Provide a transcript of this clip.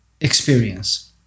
experience